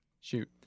Shoot